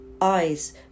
eyes